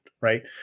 right